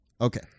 Okay